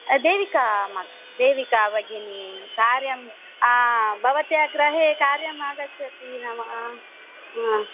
देविका देविका बगिनि कार्यं बवत्याः गृहे कार्यम् आगच्चति न वा हा